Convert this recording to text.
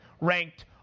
ranked